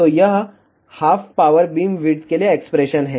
तो यह half power beamwidth के लिए एक्सप्रेशन है